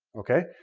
okay?